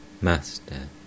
Master